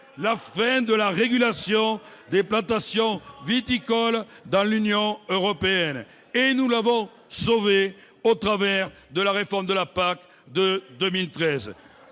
la fin de la régulation des plantations viticoles dans l'Union européenne. Vingt ans après ... Nous l'avons sauvée au travers de la réforme de la PAC de 2013.